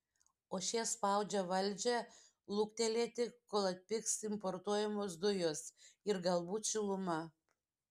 o šie spaudžia valdžią luktelėti kol atpigs importuojamos dujos ir galbūt šiluma